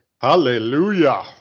Hallelujah